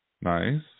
Nice